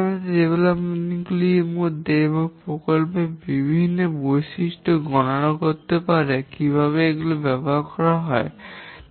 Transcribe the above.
আমরা এই বিকাশ গুলি এবং প্রকল্পের বিভিন্ন বৈশিষ্ট্য গণনা করতে কীভাবে এগুলি ব্যবহার করা হয়